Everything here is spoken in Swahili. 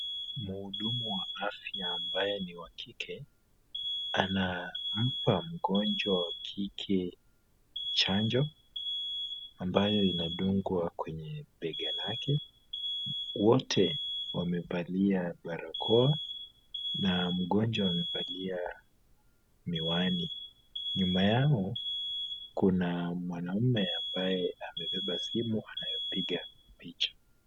Mhudumu wa afya ambaye ni wa kike anampa mgonjwa wa kike chanjo ambayo inadungwa kwenye bega lake, wote wamevalia barakoa na mgonjwa amevalia miwani, nyuma yao kuna mwanamume ambaye amebeba simu anayopiga picha.